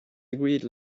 agreed